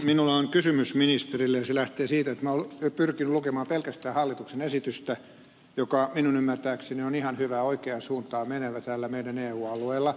minulla on kysymys ministerille ja se lähtee siitä että minä olen pyrkinyt lukemaan pelkästään hallituksen esitystä joka minun ymmärtääkseni on ihan hyvä oikeaan suuntaan menevä täällä meidän eu alueellamme